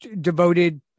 devoted